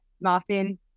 martin